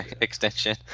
extension